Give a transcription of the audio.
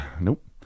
nope